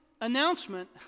announcement